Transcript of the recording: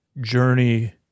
journey